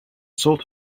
sort